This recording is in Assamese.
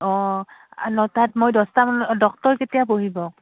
অঁ নটাত মই দছটামান ডক্তৰ কেতিয়া বহিব